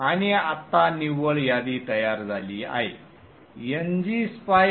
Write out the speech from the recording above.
आणि आता निव्वळ यादी तयार झाली आहे ngSpice forward